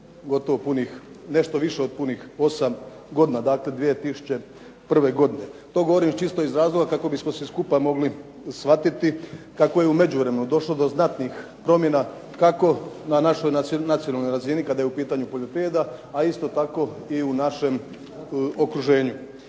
gotovo punih, nešto više od punih, 8 godina, dakle 2001. godine. To govorim čisto iz razloga kako bismo svi skupa mogli shvatiti kako je u međuvremenu došlo do znatnih promjena kako na našoj nacionalnoj razini kada je u pitanju poljoprivreda, a isto tako i u našem okruženju.